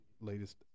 latest